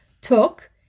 took